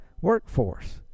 workforce